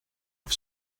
off